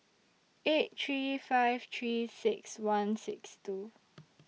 eight three five three six one six two